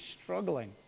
struggling